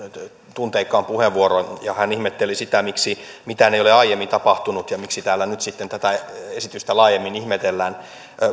tunteikkaan puheenvuoron ja hän ihmetteli sitä miksi mitään ei ole aiemmin tapahtunut ja miksi täällä nyt sitten tätä esitystä laajemmin ihmetellään